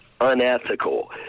unethical